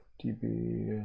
db